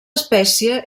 espècie